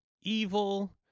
evil